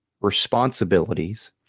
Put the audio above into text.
responsibilities